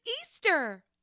Easter